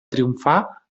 triomfar